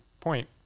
point